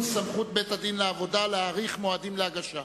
סמכות בין-הדין לעבודה להאריך מועדים להגשה),